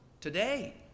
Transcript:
today